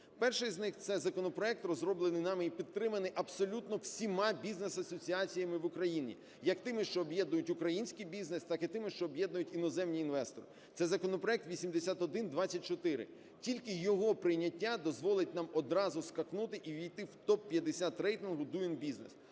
Перший з них – це законопроект, розроблений нами і підтриманий абсолютно всіма бізнес-асоціаціями в Україні, як тими, що об'єднують український бізнес, так і тими, що об'єднують іноземні інвестори. Це законопроект 8124. Тільки його прийняття дозволить нам одразу скакнути і увійти в топ-50 рейтингу Doing